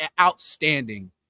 outstanding